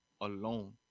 alone